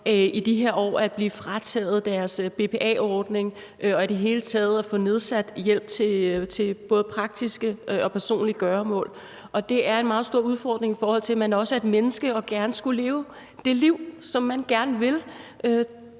i de her år oplever at blive frataget deres BPA-ordning og i det hele taget få nedsat hjælp til både praktiske og personlige gøremål. Og det er en meget stor udfordring, i forhold til at man også er et menneske og gerne skulle kunne leve det liv, som man gerne vil,